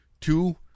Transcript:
Two